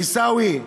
עיסאווי,